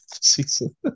season